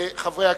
חברי הכנסת,